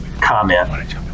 comment